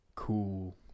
Cool